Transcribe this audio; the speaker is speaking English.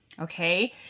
okay